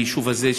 ביישוב הזה,